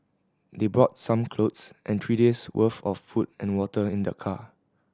they brought some clothes and three days' worth of food and water in their car